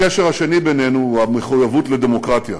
הקשר השני בינינו הוא המחויבות לדמוקרטיה.